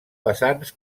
vessants